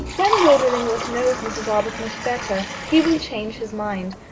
when lord illingworth knows mrs. arbuthnot better he will change his mind.